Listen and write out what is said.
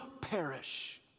perish